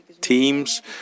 teams